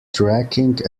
tracking